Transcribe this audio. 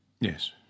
Yes